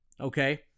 okay